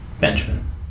Benjamin